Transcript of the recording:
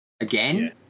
again